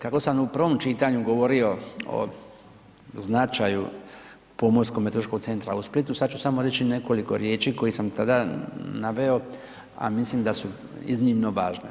Kako sam u prvom čitanju govorio o značaju, Pomorsko meteorološkog centra u Splitu sada ću samo reći nekoliko riječ koje sam tada naveo a mislim da su iznimno važne.